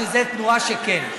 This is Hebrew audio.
שזו תנועה שכן.